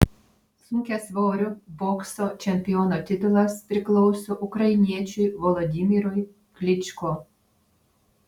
sunkiasvorių bokso čempiono titulas priklauso ukrainiečiui volodymyrui klyčko